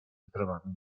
bramami